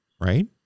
Right